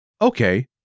Okay